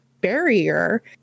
barrier